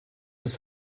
ist